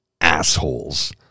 assholes